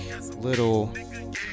little